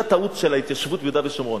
הטעות של ההתיישבות ביהודה ושומרון.